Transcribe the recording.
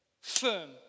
firm